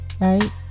Right